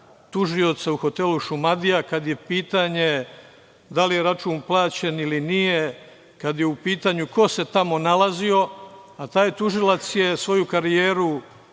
tužioca u hotelu „Šumadija“ kad je pitanje da li je račun plaćen ili nije? Kad je u pitanju ko se tamo nalazio? Taj tužilac je svoju karijeru